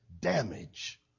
damage